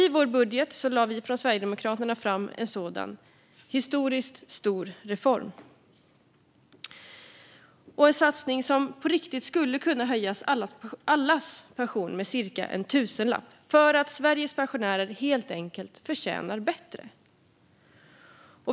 I vår budget lade vi från Sverigedemokraterna fram en sådan historiskt stor reform. Det var en satsning som på riktigt skulle kunna höja allas pension med cirka en tusenlapp. Sveriges pensionärer förtjänar helt enkelt bättre.